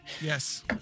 Yes